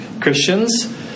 Christians